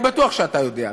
אני בטוח שאתה יודע,